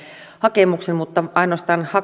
hakemuksen mutta ainoastaan